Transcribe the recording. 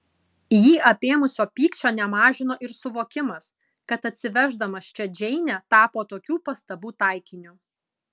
jį apėmusio pykčio nemažino ir suvokimas kad atsiveždamas čia džeinę tapo tokių pastabų taikiniu